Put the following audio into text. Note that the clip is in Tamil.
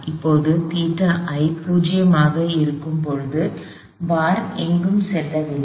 இப்போது ϴi 0 ஆக இருக்கும் போது பார் எங்கும் செல்லவில்லை